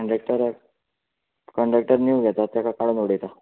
कंडक्टराक कंडक्टर नीव घेता तेका काडून उडयता